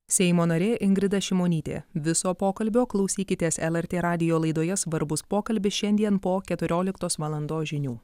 seimo narė ingrida šimonytė viso pokalbio klausykitės lrt radijo laidoje svarbus pokalbis šiandien po keturioliktos valandos žinių